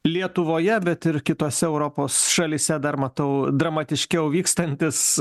lietuvoje bet ir kitose europos šalyse dar matau dramatiškiau vykstantis